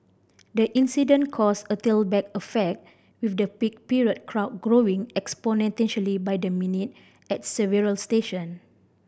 the incident caused a tailback effect with the peak period crowd growing exponentially by the minute at several station